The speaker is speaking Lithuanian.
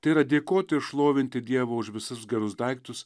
tai yra dėkoti šlovinti dievą už visus gerus daiktus